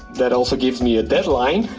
that also gives me a deadline,